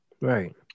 Right